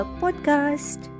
podcast